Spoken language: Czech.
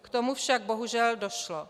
K tomu však bohužel došlo.